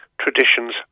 Traditions